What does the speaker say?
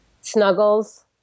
snuggles